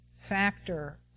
factor